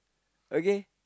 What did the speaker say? okay